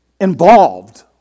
involved